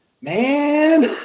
man